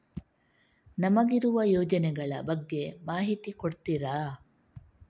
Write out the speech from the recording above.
ನಮಗಿರುವ ಯೋಜನೆಗಳ ಬಗ್ಗೆ ಮಾಹಿತಿ ಕೊಡ್ತೀರಾ?